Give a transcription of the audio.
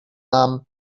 namen